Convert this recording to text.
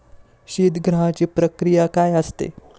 शीतगृहाची प्रक्रिया काय असते?